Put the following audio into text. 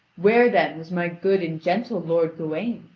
where then was my good and gentle lord gawain?